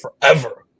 forever